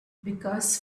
because